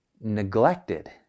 neglected